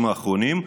החודשים הבאים,